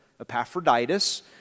Epaphroditus